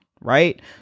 right